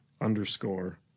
underscore